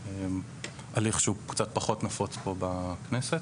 זה הליך שהוא קצת פחות נפוץ פה בכנסת.